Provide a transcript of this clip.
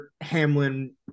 Hamlin